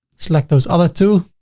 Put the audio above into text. select those other two,